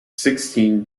sixteen